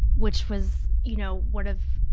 which was, you know, one of,